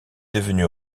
devenu